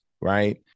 right